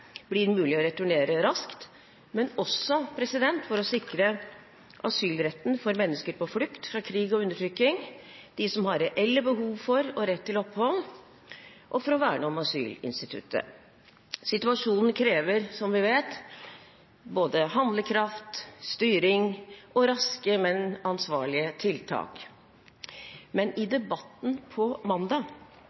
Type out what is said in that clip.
blir mulig å returnere raskt, og for å sikre asylretten til mennesker på flukt fra krig og undertrykking – de som har reelt behov for rett til opphold – og for å verne om asylinstituttet. Situasjonen krever, som vi vet, både handlekraft, styring og raske, men ansvarlige tiltak. Men i debatten på mandag